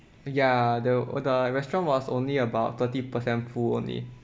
ya the the restaurant was only about thirty percent full only